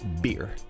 beer